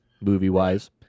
movie-wise